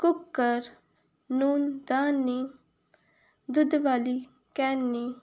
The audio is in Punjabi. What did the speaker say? ਕੁੱਕਰ ਲੂਣਦਾਨੀ ਦੁੱਧ ਵਾਲੀ ਕੈਨੀ